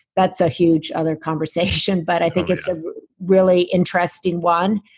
that's a huge other conversation, but i think it's a really interesting one,